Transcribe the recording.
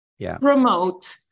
promote